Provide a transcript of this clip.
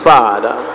Father